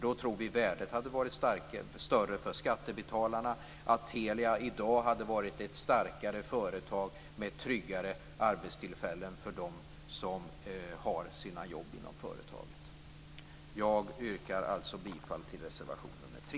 Vi tror att värdet då hade varit större för skattebetalarna och att Telia i dag hade varit ett starkare företag med tryggare arbetstillfällen för dem som har sina jobb inom företaget. Jag yrkar bifall till reservation nr 3.